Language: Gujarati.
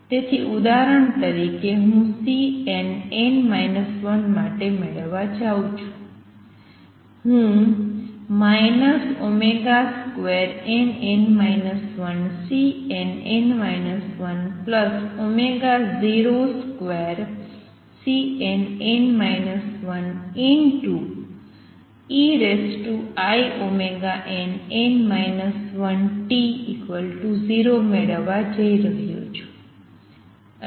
તેથી ઉદાહરણ તરીકે હું Cnn 1 માટે મેળવવા જાવ છું હું nn 12Cnn 102Cnn 1einn 1t0 મેળવવા જઇ રહ્યો છું